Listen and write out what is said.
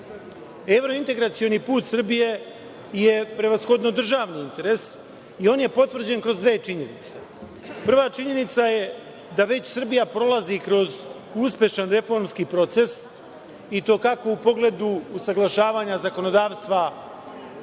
Evrointegracioni put Srbije je prevashodno državni interes i on je potvrđen kroz dve činjenice, prva činjenica je da već Srbija prolazi kroz uspešan reformski proces, i to kako u pogledu usaglašavanja zakonodavstva